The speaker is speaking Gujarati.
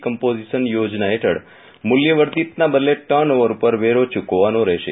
કમ્પોઝીશન યોજના હેઠળ મુલ્ય વર્ધિતના બદલે ટર્નઓવર ઉપર વેરો ચુકવવાનો રહેશે